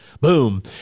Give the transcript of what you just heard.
boom